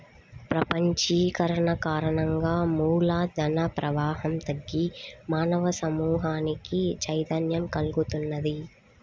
ప్రపంచీకరణ కారణంగా మూల ధన ప్రవాహం తగ్గి మానవ సమూహానికి చైతన్యం కల్గుతున్నది